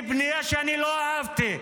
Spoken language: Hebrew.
היא פנייה שאני לא אהבתי,